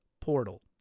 Portal